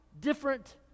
different